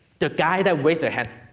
the guy that raise their hand,